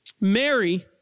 Mary